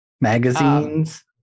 magazines